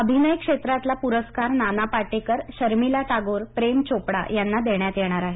अभिनय क्षेत्रातला पूरस्कार नाना पाटेकर शर्मिला टागोर प्रेम चोपडा यांना देण्यात येणार आहे